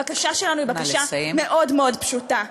הבקשה שלנו היא בקשה מאוד מאוד פשוטה: